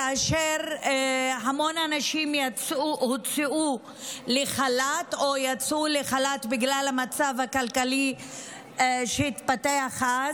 כאשר המון אנשים הוצאו לחל"ת או יצאו לחל"ת בגלל המצב הכלכלי שהתפתח אז.